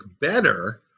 better